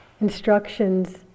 instructions